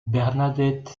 bernadette